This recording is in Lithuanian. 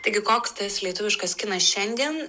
taigi koks tas lietuviškas kinas šiandien